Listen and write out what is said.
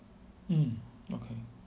mm okay